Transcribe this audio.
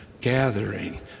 gathering